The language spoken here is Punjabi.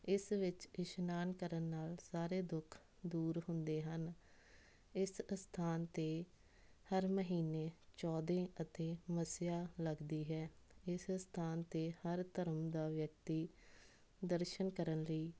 ਇਸ ਵਿੱਚ ਇਸ਼ਨਾਨ ਕਰਨ ਨਾਲ ਸਾਰੇ ਦੁੱਖ ਦੂਰ ਹੁੰਦੇ ਹਨ ਇਸ ਅਸਥਾਨ 'ਤੇ ਹਰ ਮਹੀਨੇ ਚੋਦੇ ਅਤੇ ਮੱਸਿਆ ਲੱਗਦੀ ਹੈ ਇਸ ਸਥਾਨ 'ਤੇ ਹਰ ਧਰਮ ਦਾ ਵਿਅਕਤੀ ਦਰਸ਼ਨ ਕਰਨ ਲਈ